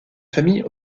famille